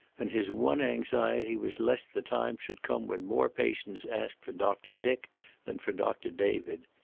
and his one anxiety was lest the time should come when more patients asked for doctor dick than for doctor david.